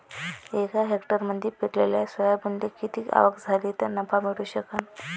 एका हेक्टरमंदी पेरलेल्या सोयाबीनले किती आवक झाली तं नफा मिळू शकन?